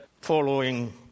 following